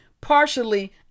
partially